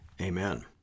Amen